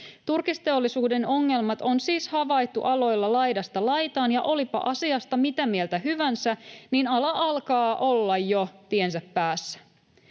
Turkisteollisuuden ongelmat on siis havaittu aloilla laidasta laitaan, ja olipa asiasta mitä mieltä hyvänsä, niin ala alkaa olla jo tiensä päässä.